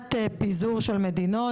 מבחינת פיזור של מדינות,